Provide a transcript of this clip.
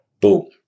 boom